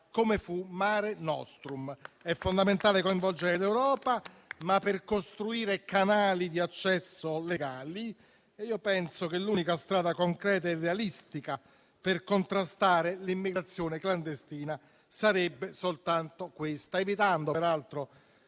come fu Mare Nostrum. È fondamentale coinvolgere l'Europa, ma per costruire canali di accesso legali e io penso che l'unica strada concreta e realistica per contrastare l'immigrazione clandestina sarebbe soltanto questa, evitando peraltro